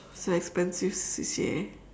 it's an expensive C_C_A